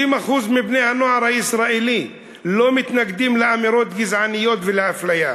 60% מבני-הנוער הישראלי לא מתנגדים לאמירות גזעניות ולאפליה.